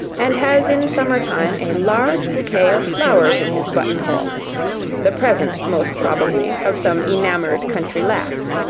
and has in summer-time a large bouquet of flowers in his buttonhole the present, most probably, of some enamoured country lass.